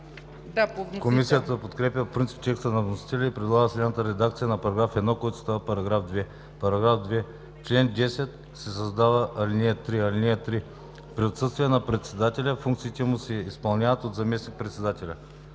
Комисията подкрепя по принцип текста на вносителя и предлага следната редакция на § 1, който става § 2: „§ 2. В чл. 10 се създава ал. 3: „(3) При отсъствие на председателя функциите му се изпълняват от заместник-председателя.“